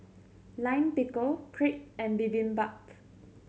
Lime Pickle Crepe and Bibimbap